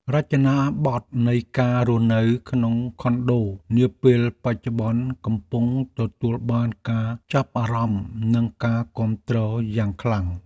រចនាបថនៃការរស់នៅក្នុងខុនដូនាពេលបច្ចុប្បន្នកំពុងទទួលបានការចាប់អារម្មណ៍និងការគាំទ្រយ៉ាងខ្លាំង។